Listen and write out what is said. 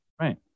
Right